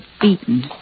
beaten